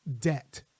debt